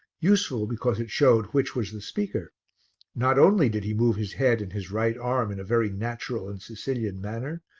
useful because it showed which was the speaker not only did he move his head and his right arm in a very natural and sicilian manner,